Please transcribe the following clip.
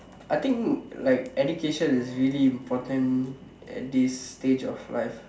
I think like education is really important at this stage of life